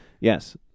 Yes